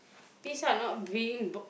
peace ah not being b~